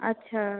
अच्छा